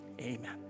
amen